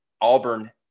Auburn